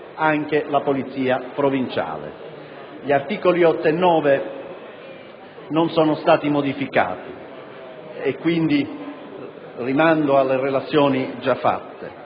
anche la polizia provinciale. Gli articoli 8 e 9 non sono stati modificati, per cui rimando alle relazioni già svolte.